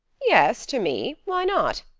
yes, to me. why not?